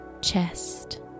chest